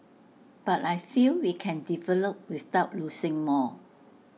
but I feel we can develop without losing more